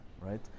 right